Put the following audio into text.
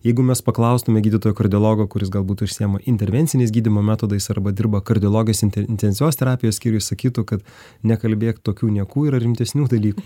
jeigu mes paklaustume gydytojo kardiologo kuris galbūt užsiima intervenciniais gydymo metodais arba dirba kardiologais inten intensyvios terapijos skyriuj sakytų kad nekalbėk tokių niekų yra rimtesnių dalykų